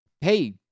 hey –